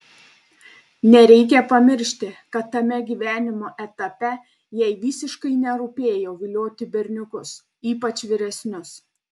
nereikia pamiršti kad tame gyvenimo etape jai visiškai nerūpėjo vilioti berniukus ypač vyresnius